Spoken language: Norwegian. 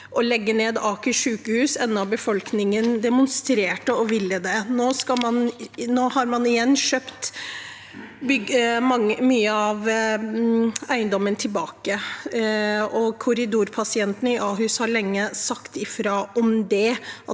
å legge ned Aker sykehus, enda befolkningen demonstrerte, og nå har man kjøpt mye av den eiendommen tilbake. Korridorpasientene i Ahus har lenge sagt ifra om at